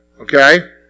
okay